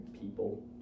people